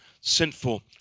sinful